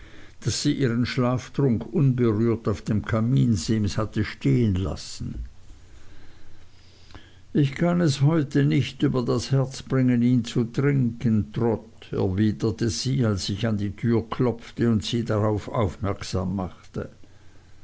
daß sie ihren schlaftrunk unberührt auf dem kaminsims hatte stehen lassen ich kann es heute nicht über das herz bringen ihn zu trinken trot erwiderte sie als ich an die tür klopfte und sie darauf aufmerksam machte